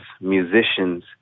musicians